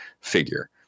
figure